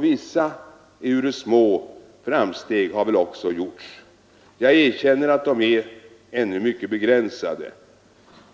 Vissa — ehuru små — framsteg har också gjorts. Jag erkänner att framstegen ännu är mycket begränsade.